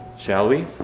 shall we,